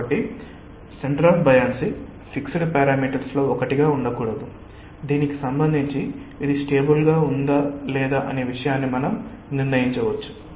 కాబట్టి centre of buoyancy fixed parameters లో ఒకటిగా ఉండకూడదు దీనికి సంబంధించి ఇది స్టేబుల్ గా ఉందా లేదా అనే విషయాన్ని మనం నిర్ణయించవచ్చు